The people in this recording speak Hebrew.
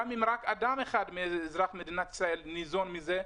גם אם רק אדם אחד מאזרחי מדינת ישראל ניזון מזה,